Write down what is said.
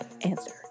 answer